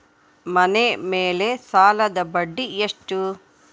ಮನೆ ಮೇಲೆ ಸಾಲದ ಬಡ್ಡಿ ಎಷ್ಟು?